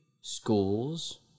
schools